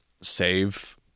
save